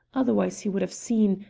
otherwise he would have seen,